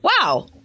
wow